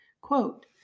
quote